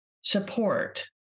support